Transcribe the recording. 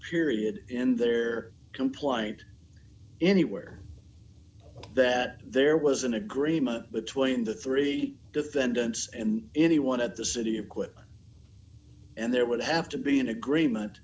period in their complaint anywhere that there was an agreement between the three defendants and anyone at the city of quit and there would have to be an agreement